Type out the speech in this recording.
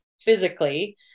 physically